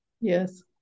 yes